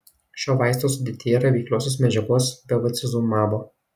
šio vaisto sudėtyje yra veikliosios medžiagos bevacizumabo